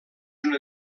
una